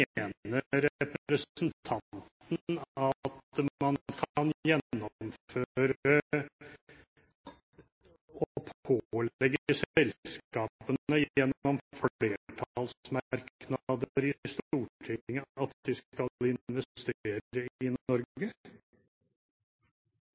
representanten at man kan gjennomføre og pålegge selskapene, gjennom